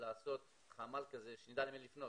לעשות חמ"ל כזה שידעו למי לפנות.